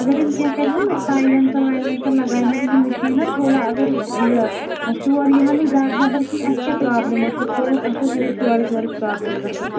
اگر یِم کیٚنٛہہ کَرِہَن نا سایلینسَر وایلینسَر لگایہِ ہَن یِمَن مِشیٖنَن تھوڑا اگر یہِ شور یِیہِ ہا نہٕ زیادٕ نٮ۪بر کِہیٖنۍ اَسہِ کیٛاہ پرٛابلِم ٲس ہُتھٕ پٲٹھۍ ٲس اَسہِ ٲسۍ یِہےَ شورٕچ وورٕچ پرٛابلِم گژھان